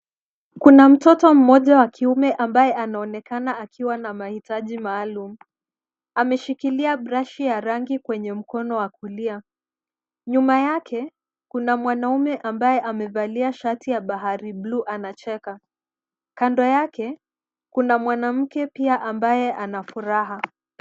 Kuna mtoto mmoja wa kiume ambaye anaonekana akiwa na mahitaji maalum. Ameshikilia brashi ya rangi kwenye mkono wa kulia. Nyuma yake, kuna mwanaume ambaye amevalia shati ya bahari [blue] anacheka. Kando yake, kuna mwanamke pia ambaye anafuraha.